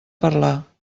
parlar